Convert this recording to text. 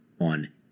on